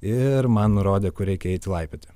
ir man nurodė kur reikia eiti laipioti